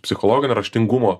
psichologinio raštingumo